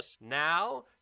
Now